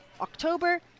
october